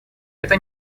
это